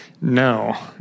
no